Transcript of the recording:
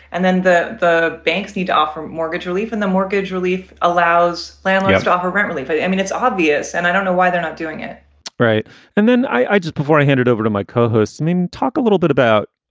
and then the the banks need to offer mortgage relief. and the mortgage relief allows landlords to offer rent relief. i mean, it's obvious and i don't know why they're not doing it right and then i just before i handed over to my co-host, mimi, talk a little bit about,